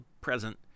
present